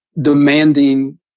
demanding